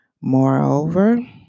Moreover